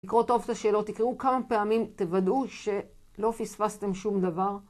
תקראו טוב את השאלות, תקראו כמה פעמים תוודאו שלא פספסתם שום דבר